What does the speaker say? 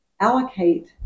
allocate